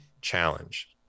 Challenge